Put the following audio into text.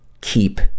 keep